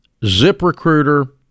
ZipRecruiter